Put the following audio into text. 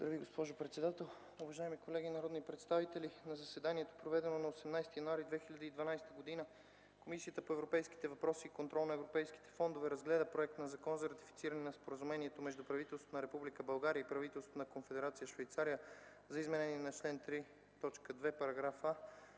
госпожо председател. Уважаеми колеги народни представители! „На заседанието, проведено на 18 януари 2012 г., Комисията по европейските въпроси и контрол на европейските фондове разгледа проект на Закон за ратифициране на Споразумението между правителството на Република България и правителството на Конфедерация Швейцария за изменение на чл. 3.2, параграф